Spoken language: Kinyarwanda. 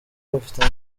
bafite